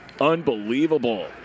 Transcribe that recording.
Unbelievable